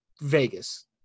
Vegas